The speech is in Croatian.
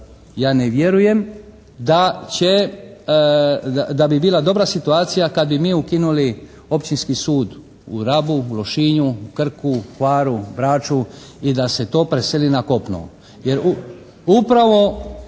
ja ne vjerujem da bi bila dobra situacija kad bi mi ukinuli Općinski sud u Rabu, Lošinju, Krku, Hvaru, Braču i da se to preseli na kopno.